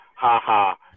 ha-ha